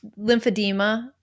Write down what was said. lymphedema